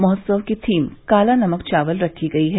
महोत्सव की थीम काला नमक चावल रखी गई है